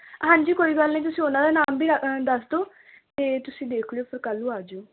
ਹਾਂਜੀ ਕੋਈ ਗੱਲ ਨਹੀਂ ਤੁਸੀਂ ਉਹਨਾਂ ਦਾ ਨਾਮ ਵੀ ਦੱਸ ਦਿਓ ਅਤੇ ਤੁਸੀਂ ਦੇਖ ਲਿਓ ਫੇਰ ਕੱਲ੍ਹ ਨੂੰ ਆ ਜਾਇਓ